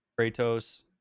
Kratos